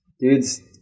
Dude's